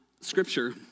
Scripture